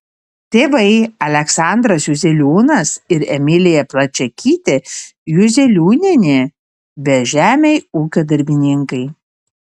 tėvai aleksandras juzeliūnas ir emilija plačiakytė juzeliūnienė bežemiai ūkio darbininkai